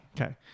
Okay